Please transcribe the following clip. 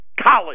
college